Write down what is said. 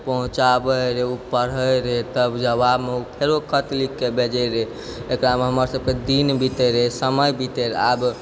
पहुँचाबै रहै ओ पढ़ै रहै तब जवाबमे ओ फेरो खत लिखकऽ भेजे रहै एकरामे हमरासभके दिन बितै रहै समय बितै रहै आब